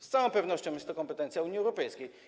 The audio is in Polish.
Z całą pewnością jest to kompetencja Unii Europejskiej.